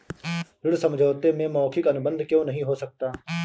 ऋण समझौते में मौखिक अनुबंध क्यों नहीं हो सकता?